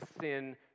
sin